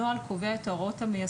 החוק.